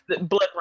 Blood